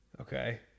Okay